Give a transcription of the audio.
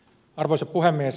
arvoisa puhemies